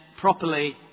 properly